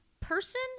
person